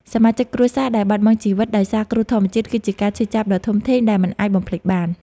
សមាជិកគ្រួសារដែលបាត់បង់ជីវិតដោយសារគ្រោះធម្មជាតិ គឺជាការឈឺចាប់ដ៏ធំធេងដែលមិនអាចបំភ្លេចបាន។